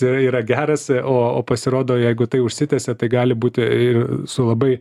yra yra geras o o pasirodo jeigu tai užsitęsia tai gali būti ir su labai